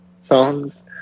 songs